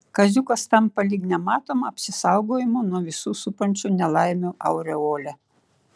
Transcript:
kaziukas tampa lyg nematoma apsisaugojimo nuo visų supančių nelaimių aureole